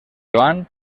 joan